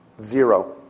Zero